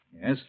Yes